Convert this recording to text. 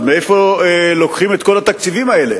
אז מאיפה לוקחים את כל התקציבים האלה